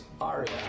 Aria